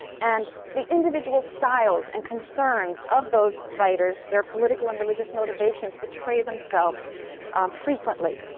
and the individual styles and concerns of those writers, their political and religious motivations, betray themselves frequently.